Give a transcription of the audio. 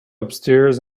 upstairs